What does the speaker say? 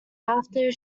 after